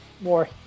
more